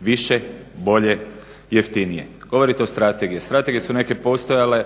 više, bolje i jeftinije. Govorite o strategiji, strategije su neke postojale